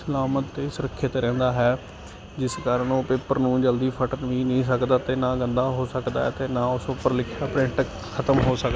ਸਲਾਮਤ ਅਤੇ ਸੁਰੱਖਿਤ ਰਹਿੰਦਾ ਹੈ ਜਿਸ ਕਾਰਨ ਉਹ ਪੇਪਰ ਨੂੰ ਜਲਦੀ ਫਟਨ ਵੀ ਨਹੀਂ ਸਕਦਾ ਅਤੇ ਨਾ ਗੰਦਾ ਹੋ ਸਕਦਾ ਅਤੇ ਨਾ ਉਸ ਉੱਪਰ ਲਿਖਿਆ ਪ੍ਰਿੰਟ ਖਤਮ ਹੋ ਸਕਦਾ